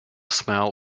smell